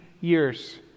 years